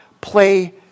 play